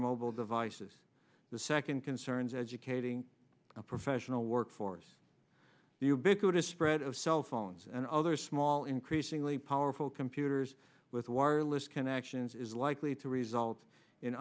mobile devices the second concerns educating a professional workforce the ubiquitous spread of cell phones and other small increasingly powerful computers with wireless connections is likely to result in